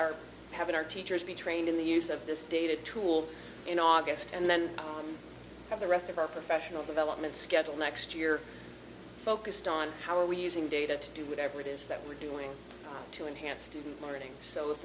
having our teachers be trained in the use of this data tool in august and then the rest of our professional development schedule next year focused on how are we using data to do whatever it is that we're doing to enhance student morning so if